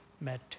met